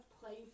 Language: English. playing